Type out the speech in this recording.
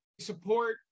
support